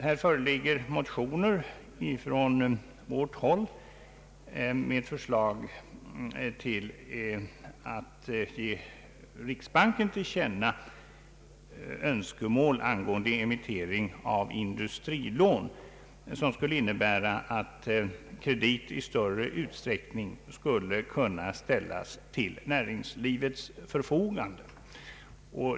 Här föreligger motioner från vårt håll med förslag att riksdagen skall ge riksbanken till känna önskemål angående emittering av industrilån, som skulle innebära att kredit i större utsträckning skulle kunna ställas till näringslivets förfogande.